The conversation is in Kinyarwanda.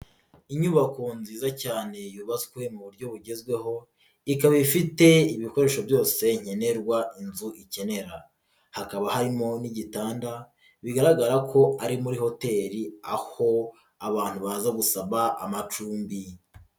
Inyubako nziza cyane yubatswe mu buryo bugezweho, ikaba ifite ibikoresho byose nkenerwa inzu ikenera, hakaba harimo n'igitanda bigaragara ko ari muri hoteli aho abantu baza gusaba amacumbi.